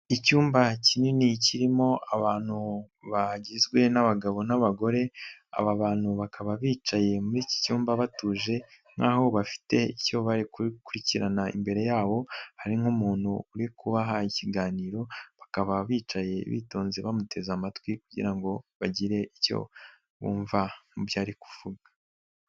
Icyumba kinini kirimo abantu bagizwe n'abagabo n'abagore. Aba bantu bakaba bicaye muri iki cyumba batuje nkaho bafite icyo bari gukurikirana imbere yabo. Hari nk'umuntu uri kubaha ikiganiro, bakaba bicaye bitonze bamuteze amatwi kugira ngo bagire icyo bumva mubyo ari kuvuga.